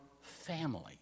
family